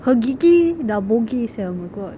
her gigi dah bogel sia oh my god